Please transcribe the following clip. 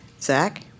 Zach